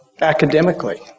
academically